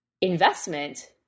investment